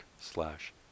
slash